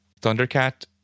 Thundercat